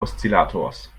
oszillators